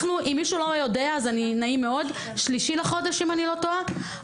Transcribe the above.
אם מישהו לא יודע, ב-3 בחודש אם אני לא טועה.